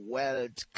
World